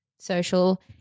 Social